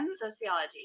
Sociology